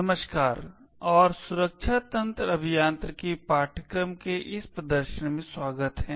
नमस्कार और सुरक्षा तंत्र अभियांत्रिकी पाठ्यक्रम के इस प्रदर्शन में स्वागत है